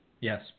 Yes